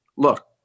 Look